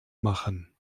machen